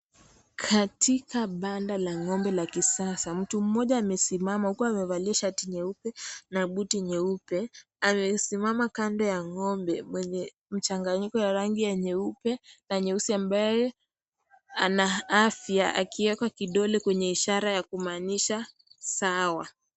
Katika banda la ngombe la kisasa mtu mmoja amesimama huku amevalia shati nyeupe na buti nyeupe, amesimama kando ya ngombe mwenye mchanganyiko ya rangi ya nyeupe na nyeusi ambaye ana afya akieka kidole kwenye ishara ya kumaanisha sawa.